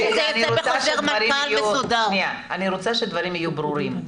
אני רוצה שהדברים יהיו ברורים.